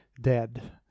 dead